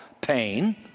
pain